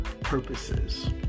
purposes